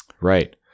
Right